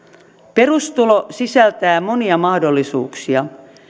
perustulo sisältää monia mahdollisuuksia